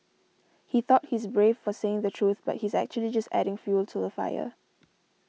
he thought he's brave for saying the truth but he's actually just adding fuel to the fire